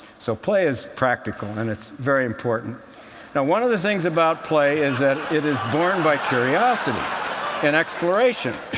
so play is practical, and it's very important. now one of the things about play is that it is born by curiosity and exploration.